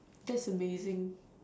that's amazing